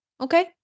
Okay